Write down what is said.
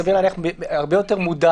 סביר להניח, הרבה יותר מודע